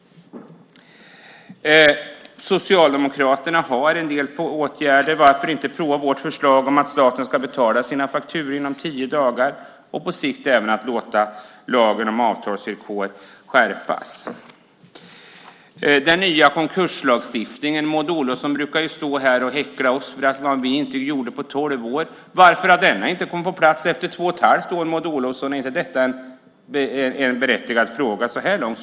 Socialdemokraterna har föreslagit en del åtgärder. Varför inte prova vårt förslag om att staten ska betala sina fakturor inom tio dagar och på sikt även att låta lagen om avtalsvillkor skärpas? När det gäller den nya konkurslagstiftningen brukar Maud Olofsson stå här och häckla oss för vad vi inte gjorde på tolv år. Varför har denna inte kommit på plats efter två och ett halvt år? Är det inte en berättigad fråga så här långt?